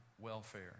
welfare